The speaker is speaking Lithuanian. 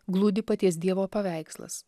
glūdi paties dievo paveikslas